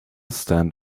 stand